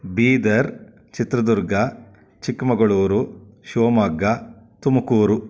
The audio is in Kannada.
ಬೀದರ್ ಚಿತ್ರದುರ್ಗ ಚಿಕ್ಕಮಗಳೂರು ಶಿವಮೊಗ್ಗ ತುಮಕೂರು